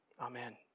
Amen